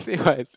say what